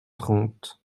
trente